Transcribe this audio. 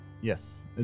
Yes